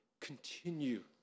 continue